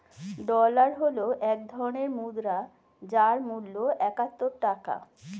dollar হল এক ধরনের মুদ্রা যার মূল্য একাত্তর টাকা